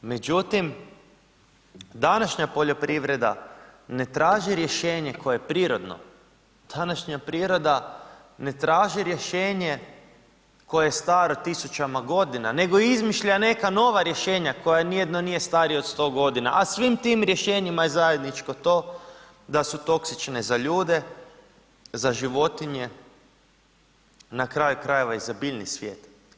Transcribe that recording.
Međutim, današnja poljoprivreda ne traži rješenje koje je prirodno, današnja priroda ne traži rješenje koje je staro tisućama godina, nego izmišlja neka nova rješenja koja nijedno nije starije od 100 godina, a svim tim rješenjima je zajedničko to da su toksične za ljude, za životinje, na kraju krajeva i za biljni svijet.